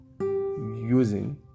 using